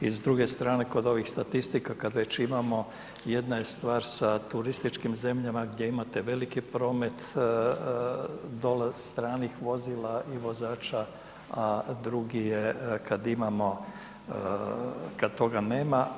I s druge strane kod ovih statistika kad već imamo, jedna je stvar sa turističkim zemljama gdje imate veliki promet stranih vozila i stranih vozača a drugi je kad imamo, kad toga nema.